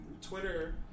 Twitter